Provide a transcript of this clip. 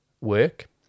work